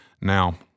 now